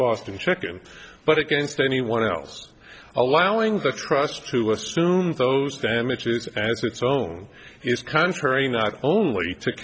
boston chicken but against anyone else allowing the trusts to assume those damages as its own is contrary not only to